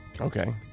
Okay